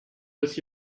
with